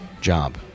job